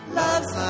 love's